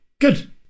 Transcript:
Good